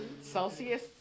Celsius